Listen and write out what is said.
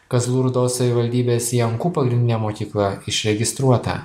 kazlų rūdos savivaldybės jankų pagrindinė mokykla išregistruota